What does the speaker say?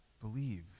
believe